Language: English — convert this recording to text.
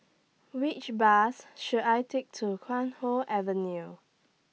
Which Bus should I Take to Chuan Hoe Avenue